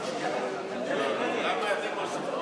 ההצעה יורדת מסדר-היום לשישה חודשים.